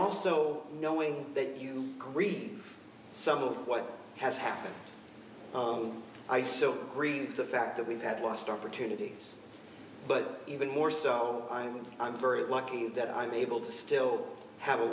also knowing that you can read some of what has happened i so agree with the fact that we've had lost opportunities but even more so i mean i'm very lucky that i'm able to still have a